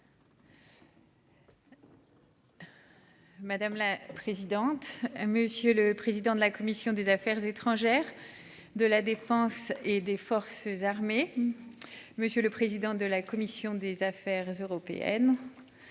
Madame la présidente, monsieur le président de la commission des Affaires étrangères. De la Défense et des forces armées. Monsieur le président de la commission des Affaires européennes.